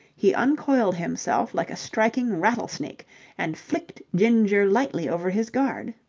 he uncoiled himself like a striking rattlesnake and flicked ginger lightly over his guard.